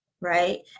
Right